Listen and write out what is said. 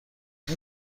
این